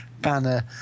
banner